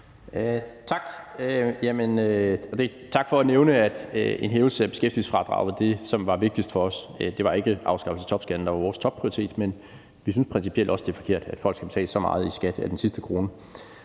tak for at nævne, at en hævelse af beskæftigelsesfradraget var det, som var vigtigt for os. Det var ikke at afskaffe topskatten, der var vores topprioritet kvalitet, men vi synes principielt også, det er forkert, at folk skal betale så meget i skat af den sidste krone.